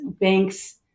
banks